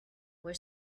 were